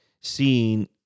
seeing